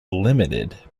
limited